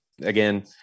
Again